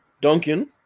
Duncan